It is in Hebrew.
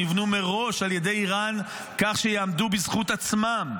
נבנו מראש על ידי איראן כך שיעמדו בזכות עצמם,